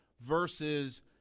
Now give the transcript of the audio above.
versus